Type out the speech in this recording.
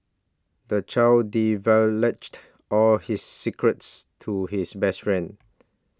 the child all his secrets to his best friend